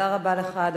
תודה רבה לך.